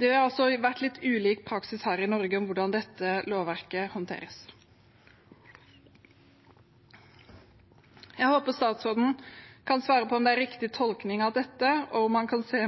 Det har også vært litt ulik praksis her i Norge når det gjelder hvordan dette lovverket håndteres. Jeg håper statsråden kan svare på om det er riktig tolkning av dette, og om han kan se